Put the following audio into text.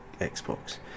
Xbox